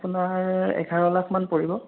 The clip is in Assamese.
আপোনাৰ এঘাৰ লাখমান পৰিব